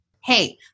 hey